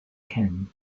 can